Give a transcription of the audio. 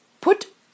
put